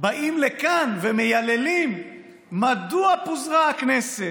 באים לכאן ומייללים מדוע פוזרה הכנסת.